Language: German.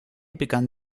begann